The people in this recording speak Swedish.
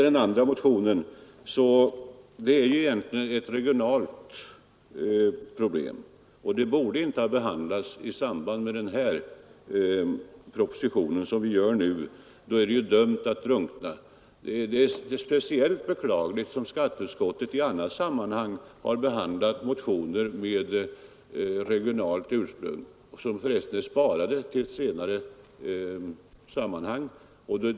Den andra motionen gäller egentligen ett regionalt problem, och det borde inte ha behandlats i samband med den här propositionen, som nu sker — då är det ju dömt att drunkna. Det är speciellt beklagligt eftersom skatteutskottet i annat sammanhang har behandlat motioner med regionalt ursprung, vilka för resten är sparade till senare tillfälle.